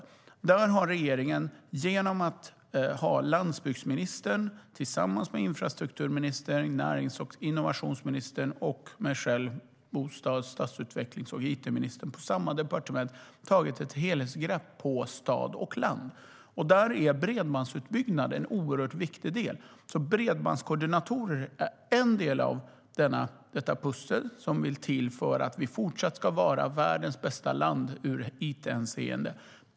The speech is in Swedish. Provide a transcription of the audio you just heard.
Där har regeringen, genom att ha landsbygdsministern, infrastrukturministern, närings och innovationsministern och mig som är bostads-, stadsutvecklings och it-minister på samma departement, tagit ett helhetsgrepp på stad och land. Där är bredbandsutbyggnaden en oerhört viktig del. Bredbandskoordinatorer är alltså en del av detta pussel som ska till för att vi fortsatt ska vara världens bästa land i it-hänseende.